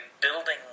building